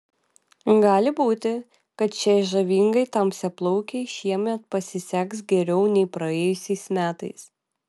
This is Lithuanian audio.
gali būti kad šiai žavingai tamsiaplaukei šiemet pasiseks geriau nei praėjusiais metais